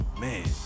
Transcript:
man